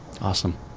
awesome